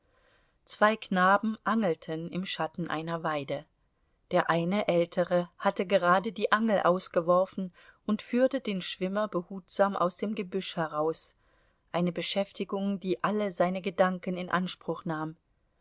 zwei knaben angelten im schatten einer weide der eine ältere hatte gerade die angel ausgeworfen und führte den schwimmer behutsam aus dem gebüsch heraus eine beschäftigung die alle seine gedanken in anspruch nahm